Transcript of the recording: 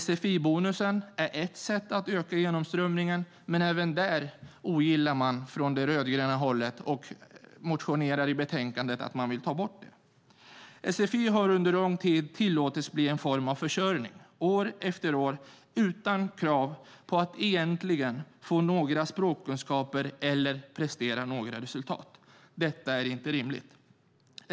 Sfi-bonusen är ett sätt att öka genomströmningen, men även detta ogillar man från det rödgröna hållet. Man motionerar i betänkandet om att man vill ta bort den. Sfi har under lång tid tillåtits bli en form av försörjning år efter år utan krav på att individen egentligen ska få några språkkunskaper eller prestera några resultat; detta är inte rimligt.